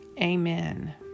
Amen